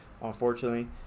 unfortunately